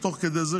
תוך כדי זה,